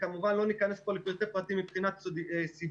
וכמובן לא נכנס פה לפרטי פרטים מבחינת סיווג,